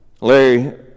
Larry